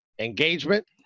engagement